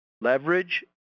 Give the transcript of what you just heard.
leverage